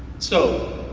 so